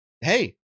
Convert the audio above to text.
hey